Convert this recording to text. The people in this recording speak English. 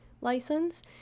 license